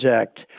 Act